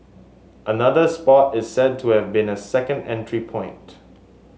another spot is said to have been a second entry point